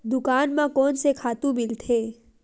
दुकान म कोन से खातु मिलथे?